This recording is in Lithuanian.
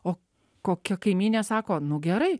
o kokia kaimynė sako nu gerai